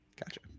Gotcha